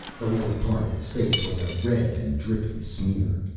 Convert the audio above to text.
the lower part of his face was a red and dripping smear.